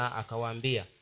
akawambia